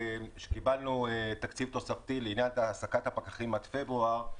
שקיבלנו תקציב תוספתי להעסקת הפקחים עד פברואר,